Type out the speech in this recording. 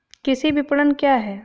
कृषि विपणन क्या है?